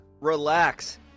relax